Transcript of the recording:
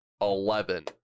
Eleven